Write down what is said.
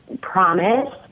promise